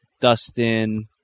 Dustin